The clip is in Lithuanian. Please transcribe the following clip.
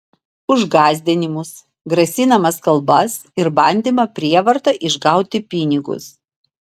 už gąsdinimus grasinamas kalbas ir bandymą prievarta išgauti pinigus